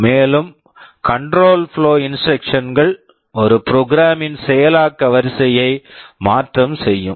மேலும் control flow control flow instructions Instructions கள் ஒரு ப்ரோக்ராம் program ன் செயலாக்க வரிசையை மாற்றம் செய்யும்